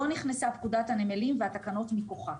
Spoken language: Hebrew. לא נכנסה פקודת הנמלים והתקנות מכוחה.